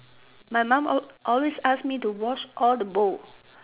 my mum always ask me to wash all the bowl